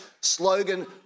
slogan